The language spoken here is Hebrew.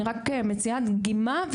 אני רק מציעה דגימה,